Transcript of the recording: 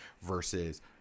versus